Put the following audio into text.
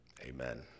amen